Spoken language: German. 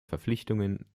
verpflichtungen